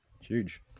Huge